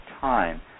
time